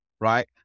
right